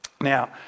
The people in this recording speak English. Now